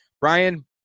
Brian